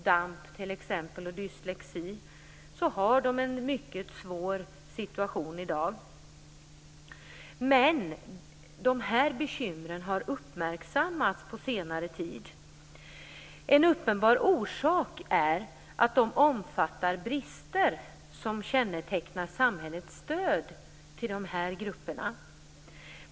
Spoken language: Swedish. DAMP och dyslexi, har en mycket svår situation i dag. Men de här bekymren har uppmärksammats på senare tid. En uppenbar orsak till detta är de omfattande brister som kännetecknar samhällets stöd till de här grupperna.